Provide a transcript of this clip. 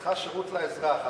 תפקידך שירות לאזרח,